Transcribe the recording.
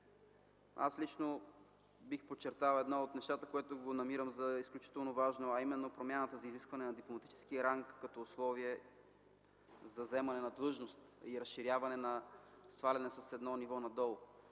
аз лично бих подчертал едно от нещата, които намирам за изключително важни, а именно промяната за изискване на дипломатически ранг като условие за заемане на длъжност и разширяване, сваляне с едно ниво надолу,